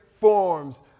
forms